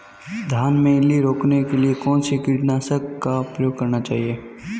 धान में इल्ली रोकने के लिए कौनसे कीटनाशक का प्रयोग करना चाहिए?